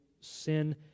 sin